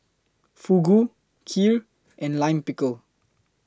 Fugu Kheer and Lime Pickle